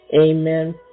Amen